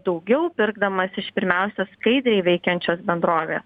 daugiau pirkdamas iš pirmiausia skaidriai veikiančios bendrovės